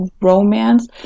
romance